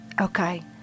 okay